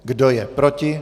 Kdo je proti?